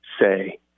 say